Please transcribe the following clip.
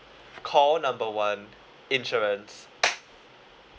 call number one insurance